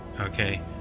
okay